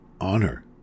honor